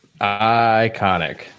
Iconic